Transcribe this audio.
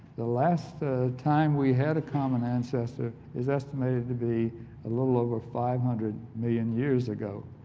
the last time we had a common ancestor, is estimated to be a little over five hundred million years ago,